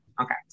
Okay